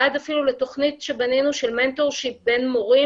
תכנית נוספת שבנינו של מנטור, שהיא בין מורים,